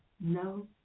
no